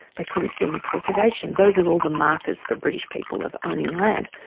they couldn't see any cultivation. those are all the markers for british people of owning land.